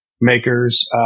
makers